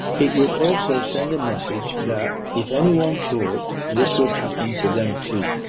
it would also send a message, that, if anyone talked, this would happen to them too.